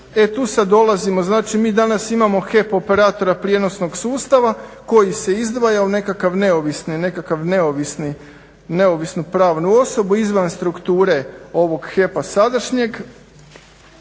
e tu sad dolazimo, znači mi danas imamo HEP operatora prijenosnog sustava koji se izdvaja u nekakav neovisni, nekakvu neovisnu pravnu osobu izvan strukture ovog HEP-a sadašnjeg